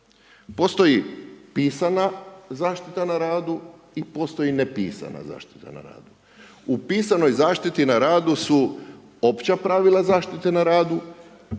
Postoji pisana zaštita na radu i postoji nepisana zaštita na radu. U pisanoj zaštiti na radu su opća pravila zaštite na radu,